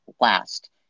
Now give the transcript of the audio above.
last